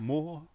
More